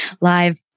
live